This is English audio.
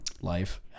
Life